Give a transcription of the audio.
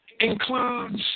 includes